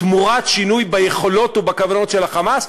תמורת שינוי ביכולות ובכוונות של ה"חמאס".